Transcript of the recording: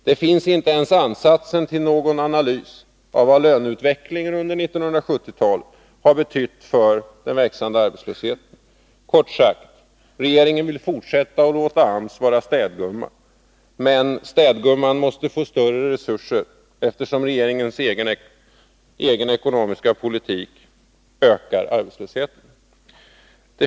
Man har inte ens gjort en ansats till att analysera vad löneutvecklingen under 1970-talet har betytt för den växande arbetslösheten. Kort sagt: Regeringen vill fortsätta att låta AMS vara städgumma. Men städgumman måste få större resurser, eftersom regeringens ekonomiska politik ökar arbetslösheten.